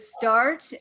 start